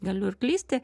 galiu ir klysti